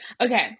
okay